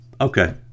Okay